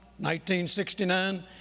1969